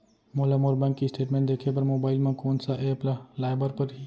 मोला मोर bank statement देखे बर मोबाइल मा कोन सा एप ला लाए बर परही?